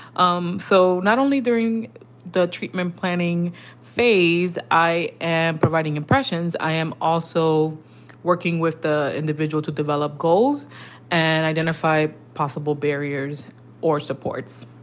um so not only during the treatment planning phase, i am providing impressions. i am also working with the individual to develop goals and identify possible barriers or supports.